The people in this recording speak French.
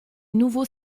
nouveau